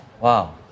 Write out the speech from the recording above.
Wow